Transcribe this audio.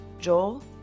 Joel